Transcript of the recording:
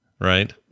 right